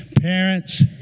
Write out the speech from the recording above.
parents